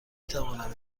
توانم